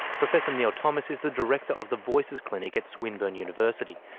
professor neil thomas is the director of the voices clinic at swinburne university,